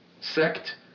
sect